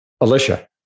Alicia